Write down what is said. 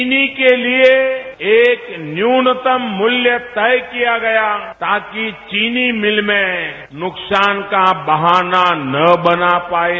चीनी के लिए एक न्यूनतम मूल्य तय किया गया ताकि चीनी मिलें नुकसान का बहाना न बना पाएं